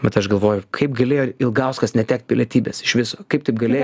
bet aš galvoju kaip galėjo ilgauskas netekt pilietybės išviso kaip taip galėjo